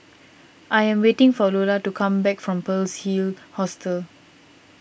I am waiting for Lola to come back from Pearl's Hill Hostel